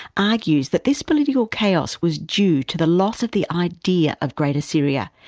argues that this political chaos was due to the loss of the idea of greater syria,